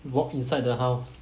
walk inside the house